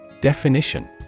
Definition